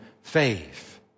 faith